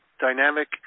dynamic